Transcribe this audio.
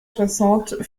soixante